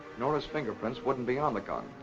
nora's fingerprints wouldn't be on the gun.